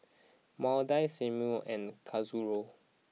Maudie Seymour and Kazuko